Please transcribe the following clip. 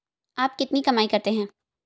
आप कितनी कमाई करते हैं?